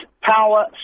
power